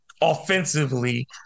offensively